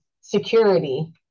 security